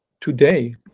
today